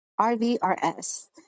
RVRS